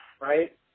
right